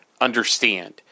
understand